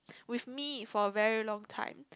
with me for very long time